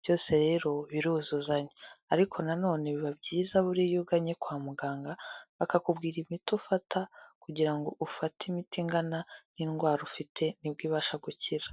Byose rero biruzuzanya. Ariko na none biba byiza buriya iyo ugannye kwa muganga, bakakubwira imiti ufata kugira ngo ufate imiti ingana n'indwara ufite ni bwo ibasha gukira.